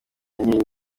nkiri